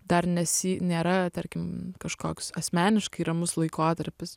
dar nesi nėra tarkim kažkoks asmeniškai ramus laikotarpis